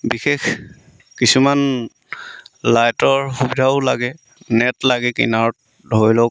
বিশেষ কিছুমান লাইটৰ সুবিধাও লাগে নেট লাগে কিনাৰত ধৰি লওক